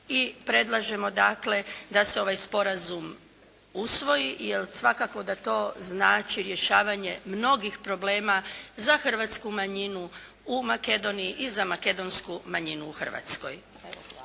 predlažemo dakle da se ovaj sporazum usvoji i jer svakako da to znači rješavanje mnogih problema za hrvatsku manjinu u Makedoniji i za makedonsku manjinu u Hrvatskoj.